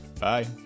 Bye